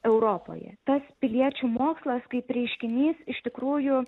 europoje tas piliečių mokslas kaip reiškinys iš tikrųjų